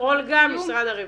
אולגה ממשרד הרווחה.